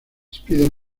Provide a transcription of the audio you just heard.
spider